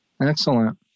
Excellent